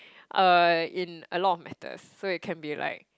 uh in a lot of matters so it can be like